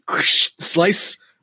slice